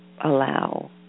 allow